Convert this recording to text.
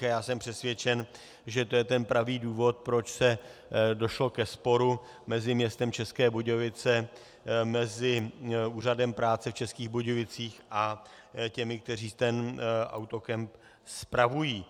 Já jsem přesvědčen, že je to ten pravý důvod, proč došlo ke sporu mezi městem České Budějovice, mezi Úřadem práce v Českých Budějovicích a těmi, kteří ten autokemp spravují.